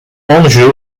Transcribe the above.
anjou